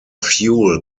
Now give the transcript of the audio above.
fuel